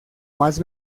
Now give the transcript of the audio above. más